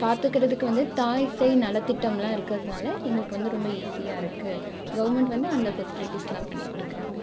பார்த்துக்குறதுக்கு வந்து தாய் சேய் நலத்திட்டம்லா இருக்கிறதுனால எங்களுக்கு வந்து ரொம்ப ஈஸியாக இருக்குது கவர்ன்மெண்ட் வந்து அந்த ஃபெசிலிட்டிஸ்லாம் பண்ணி கொடுக்குறாங்க